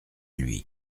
lui